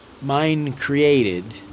mind-created